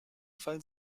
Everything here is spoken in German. fall